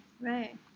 right